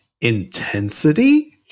intensity